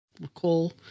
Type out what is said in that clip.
recall